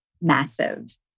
massive